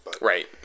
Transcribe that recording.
Right